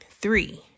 Three